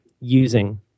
using